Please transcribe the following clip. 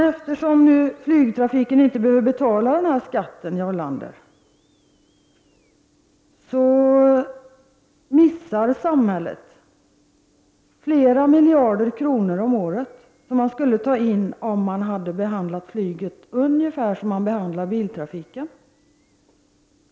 Eftersom nu flygtrafiken inte behöver betala denna skatt, Jarl Lander, missar samhället flera miljarder kronor om året, som skulle tas in om flyget behandlades ungefär som biltrafiken behandlas.